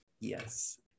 Yes